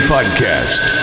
Podcast